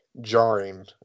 jarring